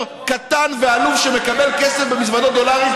קטן ועלוב שמקבל כסף במזוודות דולרים,